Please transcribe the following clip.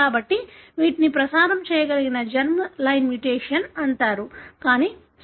కాబట్టి వీటిని ప్రసారం చేయగల జెర్మ్ లైన్ మ్యుటేషన్ అంటారు